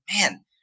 Man